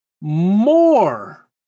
More